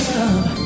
love